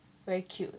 very cute